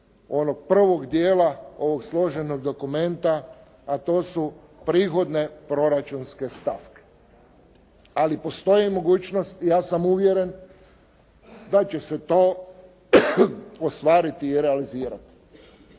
onog prvog dijela ovog složenog dokumenta, a to su prihodne proračunske stavke. Ali postoji mogućnost, ja sam uvjeren da će se to ostvariti i realizirati.